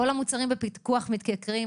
כל המוצרים בפיקוח מתייקרים,